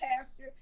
pastor